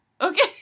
Okay